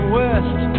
west